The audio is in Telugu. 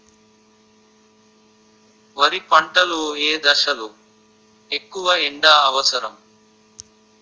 వరి పంట లో ఏ దశ లొ ఎక్కువ ఎండా అవసరం?